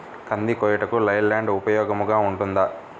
కంది కోయుటకు లై ల్యాండ్ ఉపయోగముగా ఉంటుందా?